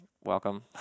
welcome